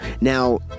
Now